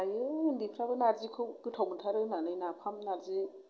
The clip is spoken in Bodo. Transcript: जायो उनदैफोराबो नारजिखौ गोथाव मोनथारो होननानै नाफाम नारजि